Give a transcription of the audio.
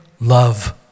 love